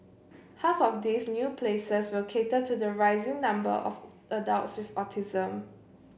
half of these new places will cater to the rising number of adults with autism